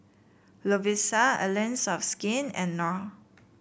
Lovisa Allies of Skin and Knorr